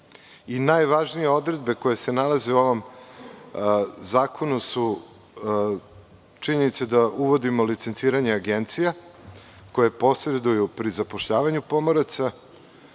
Najvažnije odredbe koje se nalaze u ovom zakonu su činjenica da uvodimo licenciranje agencija koje posreduju pri zapošljavanju pomoraca.